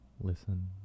listen